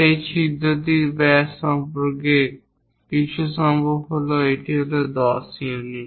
সেই ছিদ্রটির ব্যাস সম্পর্কে কিছু সম্ভবত এটি হল 10 ইউনিট